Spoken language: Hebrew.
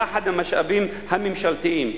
יחד עם המשאבים הממשלתיים.